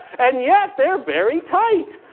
and yet they're very tight.